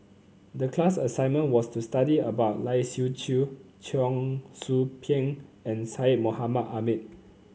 the class assignment was to study about Lai Siu Chiu Cheong Soo Pieng and Syed Mohamed Ahmed